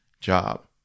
job